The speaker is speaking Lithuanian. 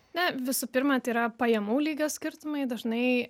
na visų pirma tai yra pajamų lygio skirtumai dažnai